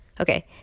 Okay